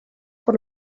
por